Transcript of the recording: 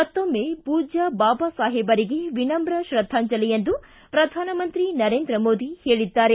ಮತ್ತೊಮ್ಮೆ ಪೂಜ್ಯ ಬಾಬಾ ಸಾಹೇಬರಿಗೆ ವಿನಮ್ರ ತ್ರದ್ಧಾಂಜಲಿ ಎಂದು ಪ್ರಧಾನಮಂತ್ರಿ ನರೇಂದ್ರ ಮೋದಿ ಹೇಳಿದ್ದಾರೆ